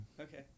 Okay